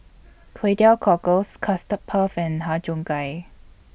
Kway Teow Cockles Custard Puff and Har Cheong Gai